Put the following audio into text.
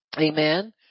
amen